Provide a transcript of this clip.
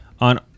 on